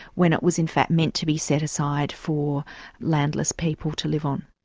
when it was in fact meant to be set aside for landless people to live on.